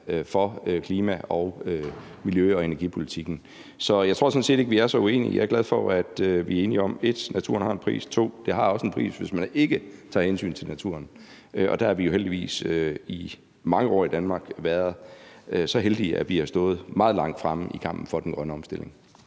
for klima-, miljø- og energipolitikken. Så jeg tror sådan set ikke, vi er så uenige. Jeg er glad for, at vi er enige om: 1) at naturen har en pris, og 2) at det også har en pris, hvis man ikke tager hensyn til naturen. Og der har vi jo heldigvis i mange år i Danmark været så heldige, at vi har stået meget langt fremme i kampen for den grønne omstilling.